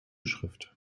schrift